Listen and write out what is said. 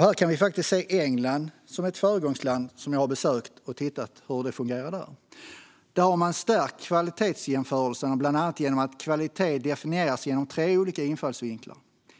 Här kan vi faktiskt se England som ett föregångsland. Jag har besökt England och tittat på hur det fungerar där. Där har man stärkt kvalitetsjämförelserna bland annat genom att kvalitet definieras genom tre olika infallsvinklar: